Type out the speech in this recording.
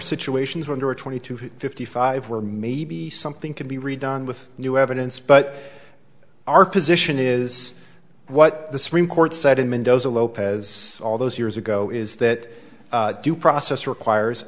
situations where there are twenty to fifty five where maybe something could be redone with new evidence but our position is what the supreme court said in mendoza lopez all those years ago is that due process requires